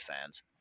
fans